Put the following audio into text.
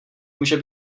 může